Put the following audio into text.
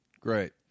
Great